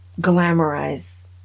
glamorize